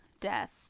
death